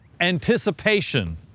anticipation